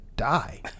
die